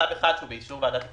צו אחד, באישור ועדת הכספים,